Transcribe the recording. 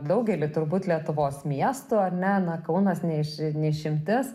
daugely turbūt lietuvos miestų ar ne na kaunas ne iš ne išimtis